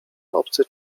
obcy